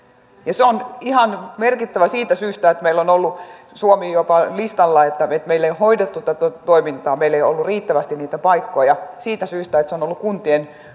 se on ihan merkittävä siitä syystä että meillä on ollut suomi jopa listalla että meillä ei ole hoidettu tätä toimintaa meillä ei ole ollut riittävästi niitä paikkoja siitä syystä että se on ollut kuntien